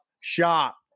shop